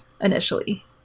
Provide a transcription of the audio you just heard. initially